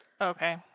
Okay